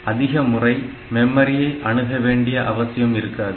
எனவே அதிகமுறை மெமரியை அணுக வேண்டியது அவசியம் இருக்காது